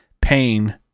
Pain